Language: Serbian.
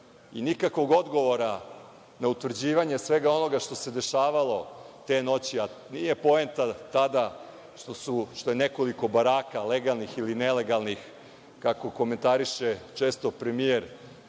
i nikakvog odgovora na utvrđivanje svega onoga što se dešavalo te noći, a nije poenta tada što je nekoliko baraka legalnih ili nelegalnih, kako komentariše često premijer